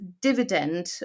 dividend